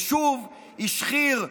ושוב השחיר,